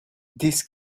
this